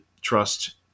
trust